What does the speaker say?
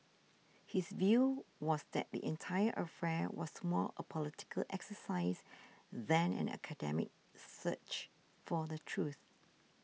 his view was that the entire affair was more a political exercise than an academic search for the truth